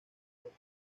norte